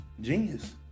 Genius